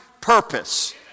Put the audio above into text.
Purpose